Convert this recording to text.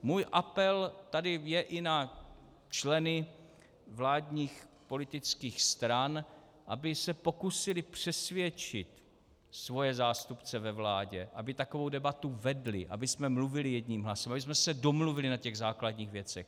Můj apel tedy je i na členy vládních politických stran, aby se pokusili přesvědčit svoje zástupce ve vládě, aby takovou debatu vedli, abychom mluvili jedním hlasem, abychom se domluvili na těch základních věcech.